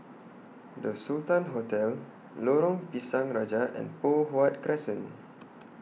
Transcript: The Sultan Hotel Lorong Pisang Raja and Poh Huat Crescent